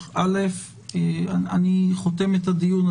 אני חותם את הדיון.